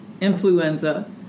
influenza